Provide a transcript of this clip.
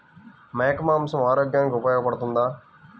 మేక మాంసం ఆరోగ్యానికి ఉపయోగపడుతుందా?